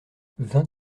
vingt